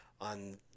on